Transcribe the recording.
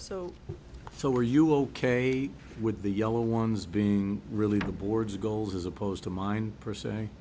so so are you ok with the yellow ones being really the board's goals as opposed to mine per se